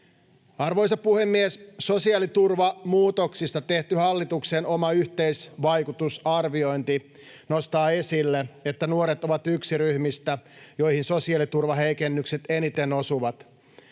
Arvoisa puhemies! Sosiaaliturvamuutoksista tehty hallituksen oma yhteisvaikutusarviointi nostaa esille, että nuoret ovat yksi ryhmistä, joihin sosiaaliturvan heikennykset eniten osuvat.